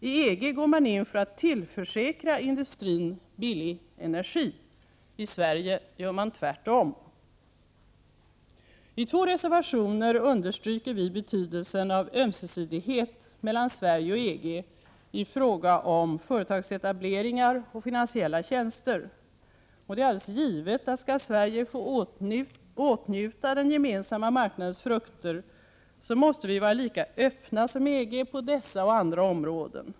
I EG går man in för att tillförsäkra industrin billig energi. I Sverige gör man tvärtom. I två reservationer understryker vi betydelsen av ömsesidighet mellan Sverige och EG i fråga om företagsetableringar och finansiella tjänster. Det är alldeles givet att om Sverige skall få åtnjuta Gemensamma marknadens frukter så måste vi vara lika öppna som EG på dessa och andra områden.